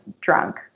drunk